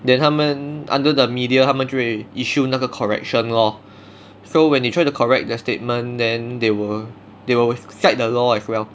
then 他们 under the media 他们就会 issue 那个 correction lor so when they try to correct the statement then they will they will set the law as well